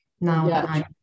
now